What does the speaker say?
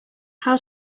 how